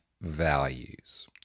values